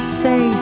say